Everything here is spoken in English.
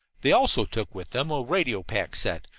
they also took with them a radio pack-set,